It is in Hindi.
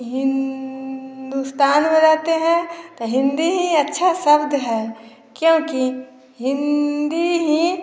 हिन दुस्तान में रहते हैं और हिंदी ही अच्छा ही शब्द है क्योंकि हिंदी ही